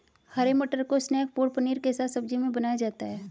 हरे मटर को snack food paneer के साथ सब्जी में बनाया जाता है